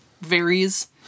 varies